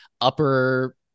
upper